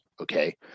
okay